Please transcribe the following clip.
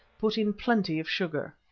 put in plenty of sugar.